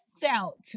felt